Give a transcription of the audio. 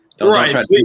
Right